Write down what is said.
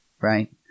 right